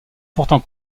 pourtant